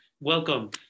welcome